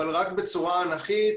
אבל רק בצורה אנכית,